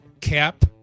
cap